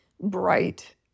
bright